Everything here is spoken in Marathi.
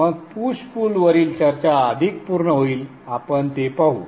मग पुश पुल वरील चर्चा अधिक पूर्ण होईल आपण ते पाहू